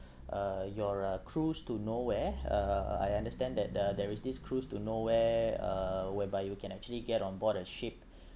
uh your uh cruise to nowhere uh I understand that the there is this cruise to nowhere uh whereby you can actually get on board a ship